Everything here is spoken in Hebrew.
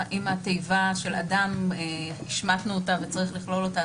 אם התיבה של אדם השמטנו וצריך לכלול אותה,